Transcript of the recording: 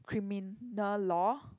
criminal law